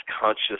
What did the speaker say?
conscious